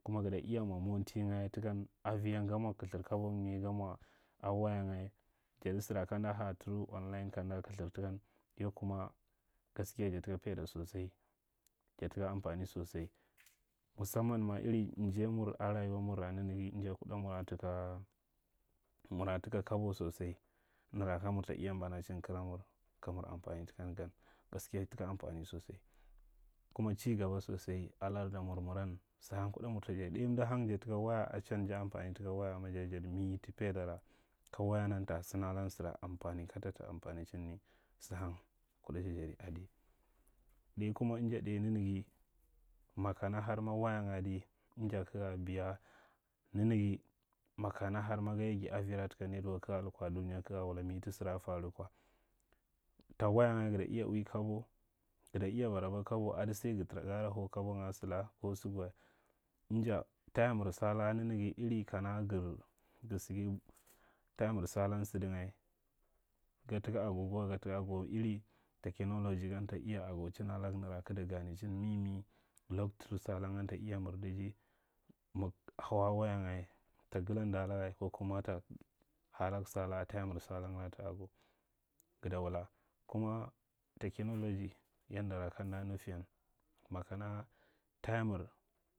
Kuma gada iya mwa montinga takan, aviyan ga mwa kilthir kaban ye ga mwa a wayanga. Jada sara kamda ha through on line kamda kilthir takan. Yau kuma gaskiya jataka paida sosa. Ja taka amfani sosai. Musamman ma iri njaiyamur a rayuwarmu nanaga, anja kuda mura taka, wurataka kabo sosai nara kamur ta iya mbanachin karamur kamur amfani takan gan, gaskiya taka amfani sosai. Kuma chi gaba sosai a lardamur, muran sa hang kuɗa mur ta jadi. ɗai amda hang jartaka waya ja amfani taka waya amma ja jadi mi ta paidata ka wananan ta sanalan sara amfani kada ta ampachinni sanhang kuɗa ja jadi adi jai kuma inja ɗai nanaga makama har waynga di inja kaga biya, naaga, makana har maga yaya avira taka newark ka ga lukwa ka ga wula dunya ka ga wula mi ta sara faru kwa ta waya nga gada iya ui kabo, gada iya baraba kabo, ada sai ga tara gara hau kabonga sala ko saga wa. Inja tayamir sala nanaga iri kana gar, ga saga, tayimir sala nsidanga gattaka agogo wa, gattaka agogo iri technology ta iya agocihin alag nara kigta ganechin mimi loktur salangan ta iya mirdaji mag hau a wayanga ta galanda laga, ko kuma ta ha lag sala tayamir sala nga ta ago, gada wula. Kuma technology, yandara kamda nufin makana tayamir.